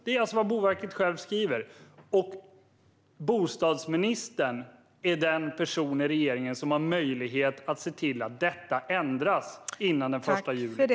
Det är vad Boverket själva skriver, och bostadsministern är den person i regeringen som har möjlighet att se till att detta ändras före den 1 juli.